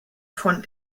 von